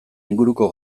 inguruko